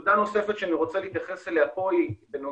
נקודה נוספת שאני רוצה להתייחס אליה פה היא בנוגע